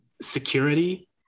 security